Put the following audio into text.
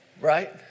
Right